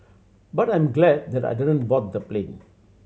but I'm glad that I didn't board the plane